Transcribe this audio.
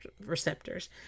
receptors